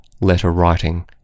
letter-writing